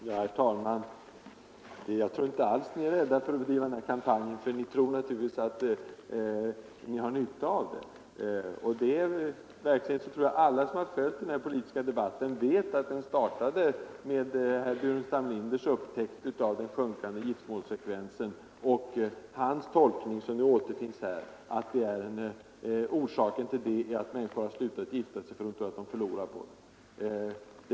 Herr talman! Jag menar inte alls att ni är rädda för att bedriva den här kampanjen. Ni tror naturligtvis att ni har nytta av den. I verkligheten vet nog alla som har följt den här politiska debatten att den startade med herr Burenstam Linders upptäckt av den sjunkande giftermålsfrekvensen och hans tolkning av den, som nu återfinns i reservationen, nämligen att orsaken till att människor slutat gifta sig är att de tror att de förlorar ekonomiskt på giftermål.